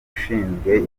ushinzwe